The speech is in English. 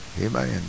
Amen